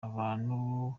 abantu